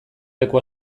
leku